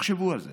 תחשבו על זה,